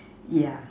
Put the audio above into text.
yeah